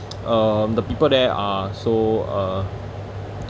um the people there are so uh